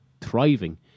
thriving